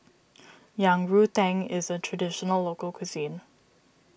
Yang Rou Tang is a Traditional Local Cuisine